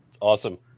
Awesome